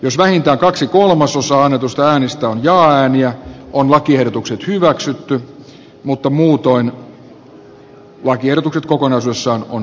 jos vähintään kaksi kolmasosaa annetuista äänistä on jaa ääniä on lakiehdotukset hyväksytty mutta muuten ne on hylätty